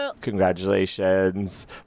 Congratulations